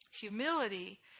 Humility